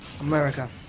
America